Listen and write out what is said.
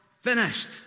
finished